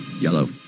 yellow